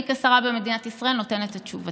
אני, כשרה במדינת ישראל, נותנת את תשובתי.